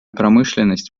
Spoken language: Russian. промышленность